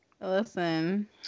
Listen